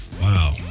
Wow